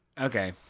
Okay